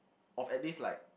of at least like